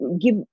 give